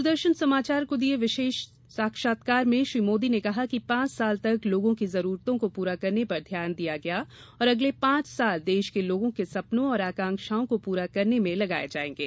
दूरदर्शन समाचार को दिये विशेष साक्षात्कार में श्री मोदी ने कहा कि पांच साल तक लोगों की जरूरतों को पूरा करने पर ध्यान दिया गया और अगले पांच साल देश के लोगों के सपनों और आकांक्षाओं को पूरा करने में लगाये जाएंगे